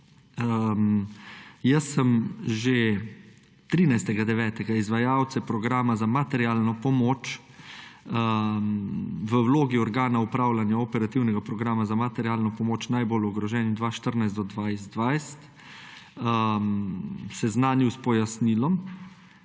Jaz sem že 13. 9. izvajalce programa za materialno pomoč v vlogi organa upravljanja operativnega programa za materialno pomoč najbolj ogroženim 2014 do 2020 seznanil s pojasnilom,